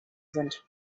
sind